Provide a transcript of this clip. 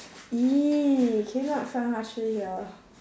!ee! can you not